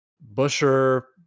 busher